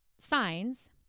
signs